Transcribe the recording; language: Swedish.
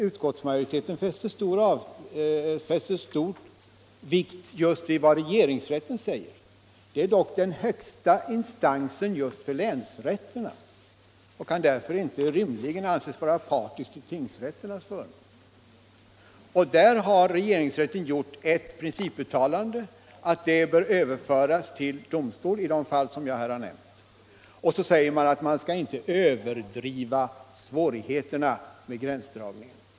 Utskottsmajoriteten fäster stor vikt vid vad just regeringsrätten säger, eftersom den är den högsta instansen just för länsrätterna och därför rimligen inte kan anses vara partisk till tingsrätternas förmån. Här har regeringsrätten gjort ett principuttalande att målen bör överföras till domstol i de fall som jag här har nämnt. Så säger man att svårigheterna vid gränsdragningen inte skall överdrivas.